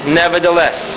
nevertheless